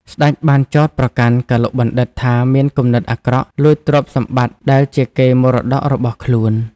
ស្តេចបានចោទប្រកាន់កឡុកបណ្ឌិតថាមានគំនិតអាក្រក់ លួចទ្រព្យសម្បត្តិដែលជាកេរ្តិ៍មរតករបស់ខ្លួន។